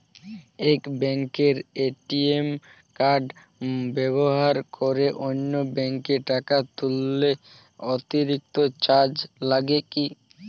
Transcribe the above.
এক ব্যাঙ্কের ATM card ব্যবহার করে অন্য ব্যঙ্কে টাকা তুললে অতিরিক্ত চার্জ লাগে কি?